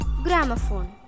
Gramophone